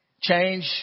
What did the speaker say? Change